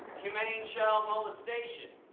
humane child molestation?